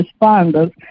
responders